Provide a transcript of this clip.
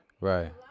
Right